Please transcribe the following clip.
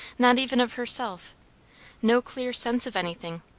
not even of herself no clear sense of anything,